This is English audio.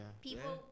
people